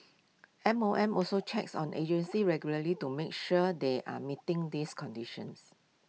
M O M also checks on agencies regularly to make sure they are meeting these conditions